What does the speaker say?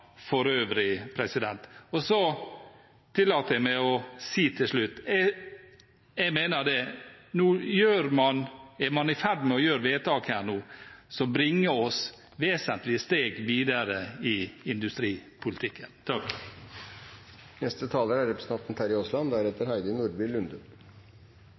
for øvrig. Så tillater jeg meg å si til slutt: Jeg mener at man nå er i ferd med å gjøre vedtak som bringer oss vesentlige steg videre i industripolitikken.